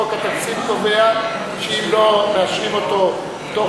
חוק התקציב קובע שאם לא מאשרים אותו בתוך